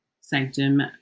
Sanctum